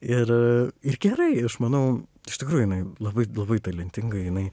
ir ir gerai aš manau iš tikrųjų jinai labai labai talentinga jinai